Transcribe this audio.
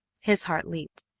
his heart leaped.